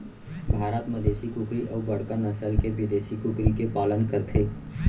भारत म देसी कुकरी अउ बड़का नसल के बिदेसी कुकरी के पालन करथे